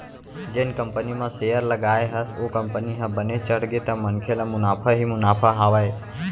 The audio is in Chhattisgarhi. जेन कंपनी म सेयर लगाए हस ओ कंपनी ह बने चढ़गे त मनखे ल मुनाफा ही मुनाफा हावय